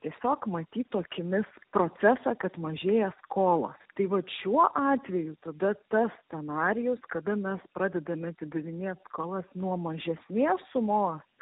tiesiog matytų akimis procesą kad mažėja skolos tai vat šiuo atveju tada tas scenarijus kada mes pradedame atidavinėt skolas nuo mažesnės sumos